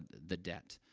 the debt.